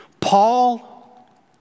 Paul